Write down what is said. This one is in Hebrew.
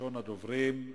ראשון הדוברים,